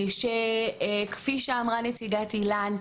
כפי שאמרה נציגת איל"ן,